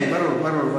כן, ברור.